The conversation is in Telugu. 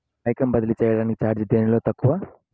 పైకం బదిలీ చెయ్యటానికి చార్జీ దేనిలో తక్కువ?